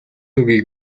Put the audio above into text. үгийг